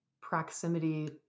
proximity